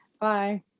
bye